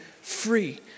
free